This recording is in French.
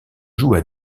joue